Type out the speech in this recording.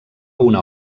una